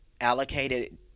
allocated